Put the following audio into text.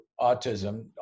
autism